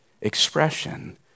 expression